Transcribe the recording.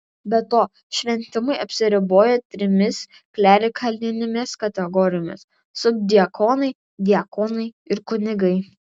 be to šventimai apsiribojo trimis klerikalinėmis kategorijomis subdiakonai diakonai ir kunigai